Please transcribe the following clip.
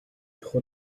дахь